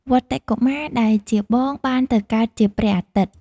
វត្តិ កុមារ ដែលជាបងបានទៅកើតជា ព្រះអាទិត្យ។